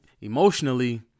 Emotionally